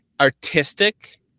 artistic